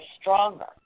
stronger